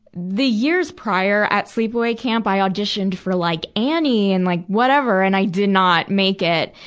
the years prior at sleepaway camp, i auditioned for, like, annie and like whatever. and i did not make it.